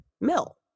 mill